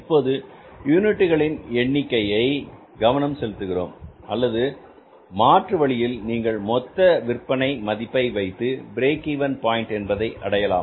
இப்போது யூனிட்டிகளின் எண்ணிக்கையை கவனம் செலுத்துகிறோம் அல்லது மாற்று வழியில் நீங்கள் மொத்த விற்பனை மதிப்பை வைத்து பிரேக் இவென் பாயின்ட் என்பதை அடையலாம்